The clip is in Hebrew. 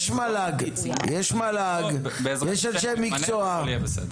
יש מל"ג, יש אנשי מקצועי.